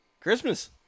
Christmas